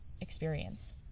experience